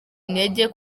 intege